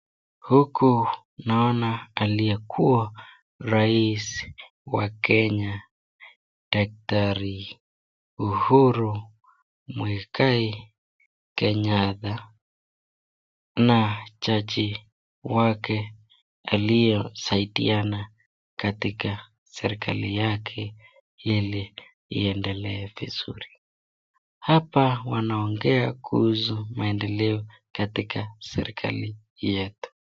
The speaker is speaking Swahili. Huku naona aliyekuwa raisi wa kenya daktari Uhuru muigai kenyatta na jaji wake aliyesaidiana katika serikali yake ili iendelee vizuri ,hapa wanaongea kuhusu maendeleo katika serikali yetu.